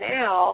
now